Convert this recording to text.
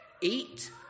Eat